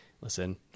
listen